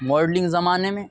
modelling زمانے میں